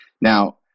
Now